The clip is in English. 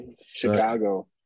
Chicago